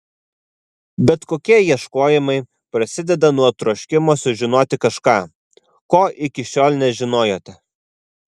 bet kokie ieškojimai prasideda nuo troškimo sužinoti kažką ko iki šiol nežinojote